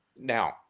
now